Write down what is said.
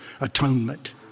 atonement